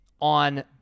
on